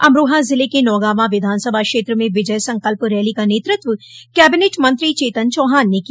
अमरोहा ज़िले के नौगावा विधानसभा क्षेत्र में विजय संकल्प रैली का नेतृत्व कैबिनेट मंत्री चेतन चौहान ने किया